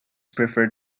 prefer